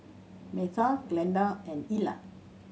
Metha Glenda and Illa